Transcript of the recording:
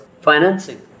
financing